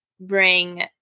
bring